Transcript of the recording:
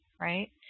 Right